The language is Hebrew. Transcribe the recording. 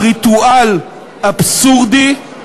הריטואל אבסורדי,